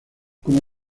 como